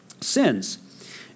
sins